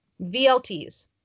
VLTs